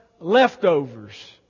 leftovers